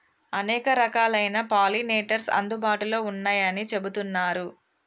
అనేక రకాలైన పాలినేటర్స్ అందుబాటులో ఉన్నయ్యని చెబుతున్నరు